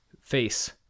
face